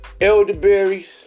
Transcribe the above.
elderberries